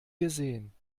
gesehen